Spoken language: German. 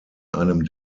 einem